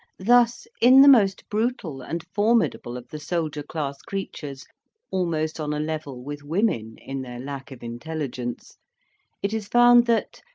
thus, in the most brutal and formidable of the soldier class creatures almost on a level with women in their lack of intelligence it is found that,